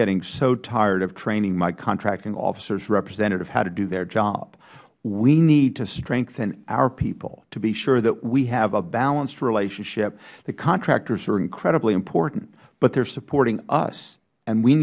getting so tired of training my contracting officers representative how to do their job we need to strengthen our people to make sure that we have a balanced relationship the contractors are incredibly important but they are supporting us and we